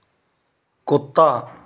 कुत्ता